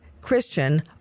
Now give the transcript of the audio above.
Christian